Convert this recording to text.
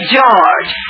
George